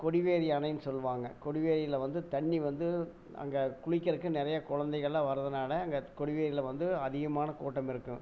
கொடிவேரி அணைன்னு சொல்லுவாங்க கொடிவேரியில வந்து தண்ணி வந்து அங்கே குளிக்கறக்கு நிறையா குழந்தைகள்லாம் வரதுனால அங்கே கொடிவேரியில வந்து அதிகமான கூட்டம் இருக்கும்